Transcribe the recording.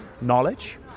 knowledge